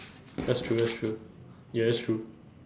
that's true that's true ya that's true